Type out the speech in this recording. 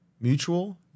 mutual